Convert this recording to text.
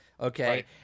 okay